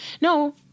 no